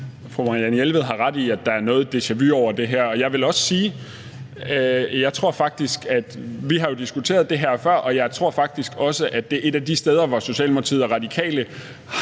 Fru Marianne Jelved har ret i, at der er noget deja-vu over det her, og jeg vil også sige, at vi jo har diskuteret det her før, og jeg tror faktisk også, at det er et af de steder, hvor Socialdemokratiet og Radikale